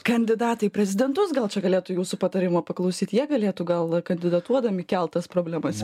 kandidatai į prezidentus gal čia galėtų jūsų patarimų paklausyt jie galėtų gal kandidatuodami kelt tas problemas